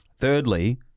Thirdly